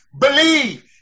Believe